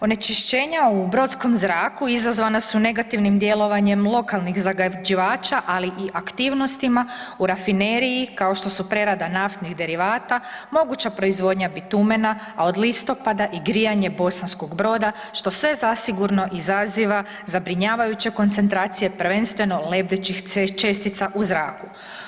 Onečišćenje u brodskom zraku izazvana su negativnim djelovanjem lokalnih zagađivača, ali i aktivnosti u rafineriji, kao što su prerada naftnih derivata, moguća proizvodnja bitumena, a od listopada i grijanje Bosanskog Broda, što sve zasigurno izaziva zabrinjavajuće koncentracije prvenstveno lebdećih čestica u zraku.